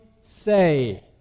say